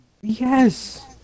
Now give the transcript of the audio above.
Yes